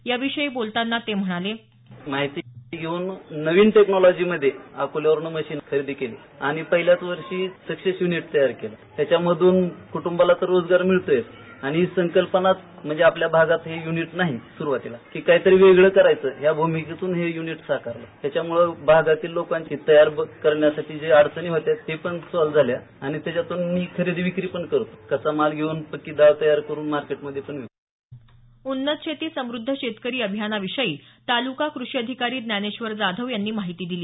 याविषयी बोलताना ते म्हणाले माहिती घेऊन नवीन टेक्नॉलॉजीमध्ये अकोल्यावरून मशीन खरेदी केली आणि पहिल्याच वर्षी युनिट तयार केलं आणि त्याच्यामधून कुटुंबांना रोजगार मिळतो आणि संकल्पना आपल्या भागात हे युनिट नाही सुरुवातीला काहीतरी वेगळं करायचं या भूमिकेतून त्यामुळे हे युनिट साकारलं भागातील लोकांची तयार करण्यासाठी अडचणी होत्या त्या पण सॉल झाल्या आणि त्यातून खरेदी विक्री करतो कच्चा माल घेऊन पक्की दाळ तयार करून मार्केटमध्ये विकतो उन्नत शेती समुद्ध शेतकरी अभियानाविषयी तालुका कृषी अधिकारी ज्ञानेश्वर जाधव यांनी माहिती दिली